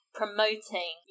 promoting